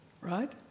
right